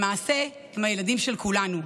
למעשה הם הילדים של כולנו.